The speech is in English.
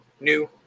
new